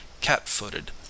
cat-footed